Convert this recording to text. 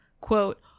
quote